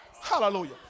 Hallelujah